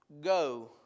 go